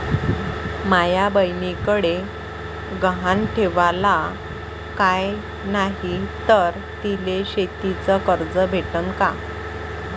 माया बयनीकडे गहान ठेवाला काय नाही तर तिले शेतीच कर्ज भेटन का?